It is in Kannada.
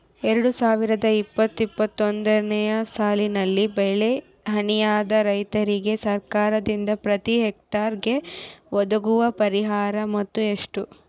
ಎರಡು ಸಾವಿರದ ಇಪ್ಪತ್ತು ಇಪ್ಪತ್ತೊಂದನೆ ಸಾಲಿನಲ್ಲಿ ಬೆಳೆ ಹಾನಿಯಾದ ರೈತರಿಗೆ ಸರ್ಕಾರದಿಂದ ಪ್ರತಿ ಹೆಕ್ಟರ್ ಗೆ ಒದಗುವ ಪರಿಹಾರ ಮೊತ್ತ ಎಷ್ಟು?